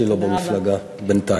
אף שהיא לא במפלגה, בינתיים.